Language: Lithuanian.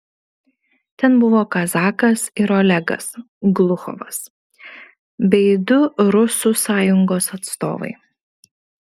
ten buvo kazakas ir olegas gluchovas bei du rusų sąjungos atstovai